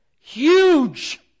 huge